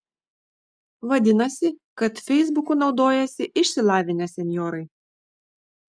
vadinasi kad feisbuku naudojasi išsilavinę senjorai